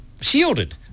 shielded